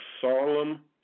solemn